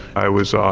i was ah